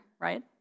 right